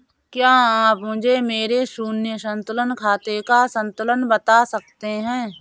क्या आप मुझे मेरे शून्य संतुलन खाते का संतुलन बता सकते हैं?